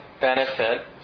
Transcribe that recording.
benefit